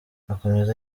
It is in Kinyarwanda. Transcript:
akomeza